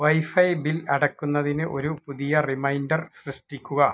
wifi bill അടയ്ക്കുന്നതിന് ഒരു പുതിയ റിമൈൻഡർ സൃഷ്ടിക്കുക